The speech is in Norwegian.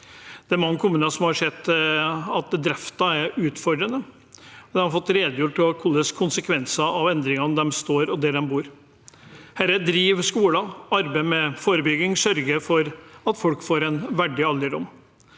Det er mange kommuner som har sett at driften er utfordrende. De har fått redegjort for hvilke konsekvenser det blir av de endringene de står overfor, der de bor. De driver skoler, arbeider med forebygging og sørger for at folk får en verdig alderdom.